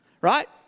Right